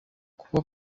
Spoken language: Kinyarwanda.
kuko